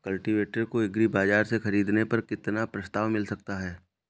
Cultivator को agri बाजार से ख़रीदने पर कितना प्रस्ताव मिल सकता है?